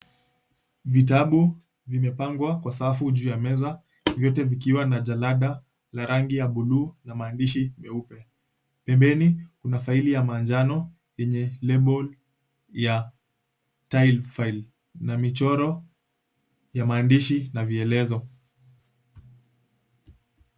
Vitabu vimepangwa kwa safu juu ya meza, vyote vikiwa na jalada la rangi ya buluu na maandishi meupe. Pembeni kuna faili ya manjano yenye label ya tile file na michoro ya maandishi na vielezo.